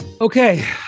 Okay